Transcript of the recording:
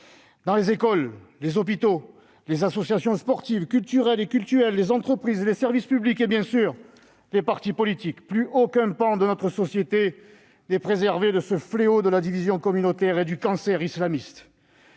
dans les écoles, les hôpitaux, les associations sportives, culturelles et cultuelles, les entreprises, les services publics et, bien sûr, les partis politiques ... Plus aucun pan de notre société n'est préservé du fléau de la division communautaire et du cancer islamiste.